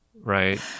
right